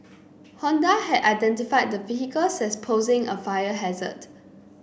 Honda had identified the vehicles as posing a fire hazard